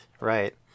right